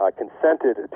consented